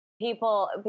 People